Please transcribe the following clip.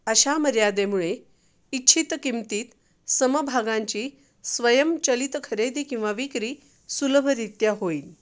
अशा मर्यादेमुळे इच्छित किंमतीत समभागांची स्वयंचलित खरेदी किंवा विक्री सुलभरित्या होईल